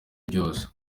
ryose